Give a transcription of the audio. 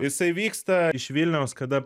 jisai vyksta iš vilniaus kada